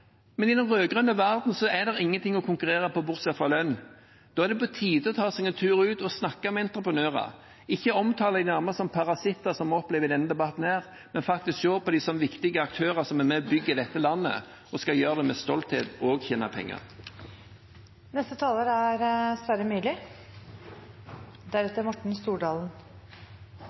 Men i den rød-grønne verden er det ingenting å konkurrere på bortsett fra lønn. Da er det på tide å ta seg en tur ut og snakke med entreprenørene og ikke omtale dem nærmest som parasitter, som vi opplever i denne debatten, men faktisk se på dem som viktige aktører som er med på å bygge dette landet, som skal gjøre det med stolthet – og